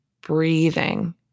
breathing